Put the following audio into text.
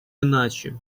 иначе